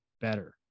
better